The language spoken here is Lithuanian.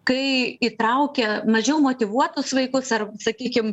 kai įtraukia mažiau motyvuotus vaikus ar sakykim